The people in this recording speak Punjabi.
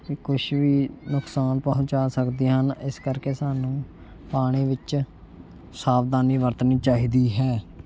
ਕੁਝ ਵੀ ਨੁਕਸਾਨ ਪਹੁੰਚਾ ਸਕਦੀਆਂ ਹਨ ਇਸ ਕਰਕੇ ਸਾਨੂੰ ਪਾਣੀ ਵਿੱਚ ਸਾਵਧਾਨੀ ਵਰਤਣੀ ਚਾਹੀਦੀ ਹੈ